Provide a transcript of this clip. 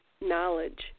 knowledge